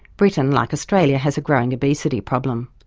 britain, like australia, has a growing obesity problem.